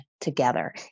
together